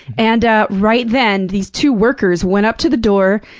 and right then, these two workers went up to the door,